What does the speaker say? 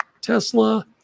Tesla